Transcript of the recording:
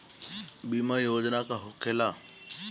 बीमा योजना का होखे ला?